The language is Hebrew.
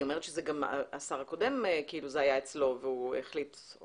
היא אומרת שזה היה גם אצל השר הקודם והוא עוד לא החליט.